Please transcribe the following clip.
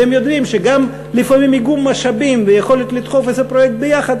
והם יודעים שלפעמים גם איגום משאבים ויכולת לדחוף איזה פרויקט ביחד,